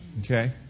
Okay